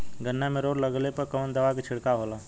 गन्ना में रोग लगले पर कवन दवा के छिड़काव होला?